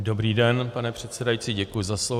Dobrý den, pane předsedající, děkuji za slovo.